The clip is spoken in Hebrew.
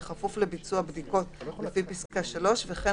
בכפוף לביצוע בדיקות לפי פסקה (3) וכן